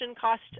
cost